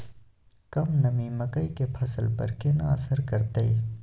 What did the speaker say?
कम नमी मकई के फसल पर केना असर करतय?